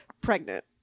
pregnant